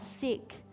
sick